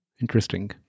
Interesting